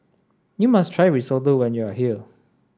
you must try Risotto when you are here